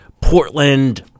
Portland